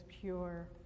pure